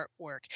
artwork